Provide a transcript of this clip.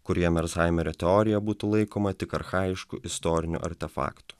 kurioje mershaimerio teorija būtų laikoma tik archajišku istoriniu artefaktu